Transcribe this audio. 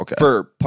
okay